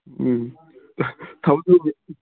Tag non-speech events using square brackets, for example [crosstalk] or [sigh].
ꯎꯝ [unintelligible]